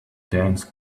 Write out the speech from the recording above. dense